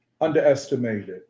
underestimated